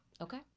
Okay